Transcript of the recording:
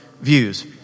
views